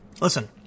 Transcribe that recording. Listen